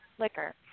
liquor